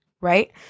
Right